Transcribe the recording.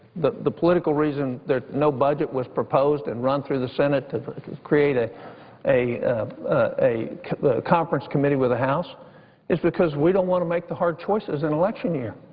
the the political reason that no budget was proposed and run through the senate to create ah a a conference committee with the house is because we don't want to make the hard choices in election year.